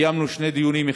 קיימנו שני דיונים,